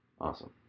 Awesome